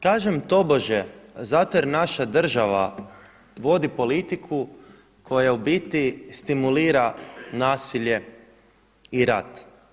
Kažem tobože zato jer naša država vodi politiku koja u biti stimulira nasilje i rad.